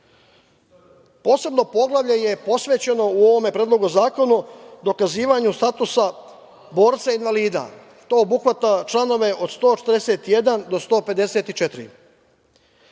posebno poglavlje je posvećeno u ovom Predlogu zakona, o dokazivanju statusa borca invalida. To obuhvata članove od 141. do 154.